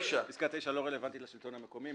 פסקה (9) לא רלוונטית לשלטון המקומי.